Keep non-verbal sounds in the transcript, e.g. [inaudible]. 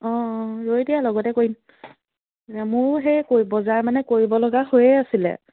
অঁ অঁ ৰৈ দিয়া লগতে কৰিম মোৰ সেই [unintelligible] বজাৰ মানে কৰিব লগা হৈয়ে আছিলে